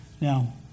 Now